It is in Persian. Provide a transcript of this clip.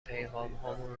پیغامهامون